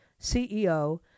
CEO